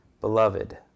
beloved